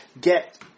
get